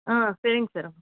ஆ சரிங்க சார்